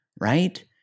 right